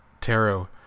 tarot